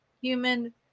human